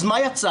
אז מה יצא?